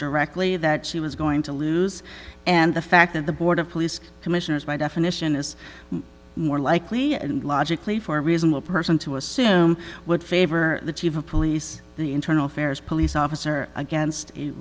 directly that she was going to lose and the fact that the border police commissioners by definition is more likely and logically for a reasonable person to assume would favor the chief of police the internal affairs police officer